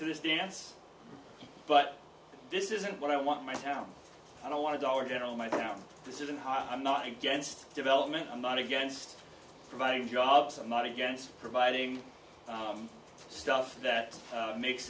to this dance but this isn't what i want my town i don't want to dollar general my town this isn't how i'm not against development i'm not against providing jobs and money against providing some stuff that makes